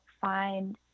find